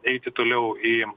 eiti toliau į